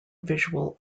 visual